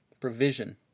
provision